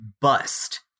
bust